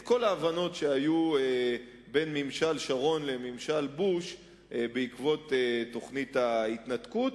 את כל ההבנות שהיו בין ממשל שרון לממשל בוש בעקבות תוכנית ההתנתקות.